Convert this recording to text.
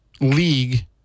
league